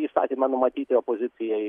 įstatymą numatyti opozicijai